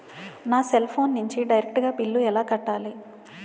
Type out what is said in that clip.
నా cell phone నుంచి direct గా బిల్లు ఎలా కట్టాలి?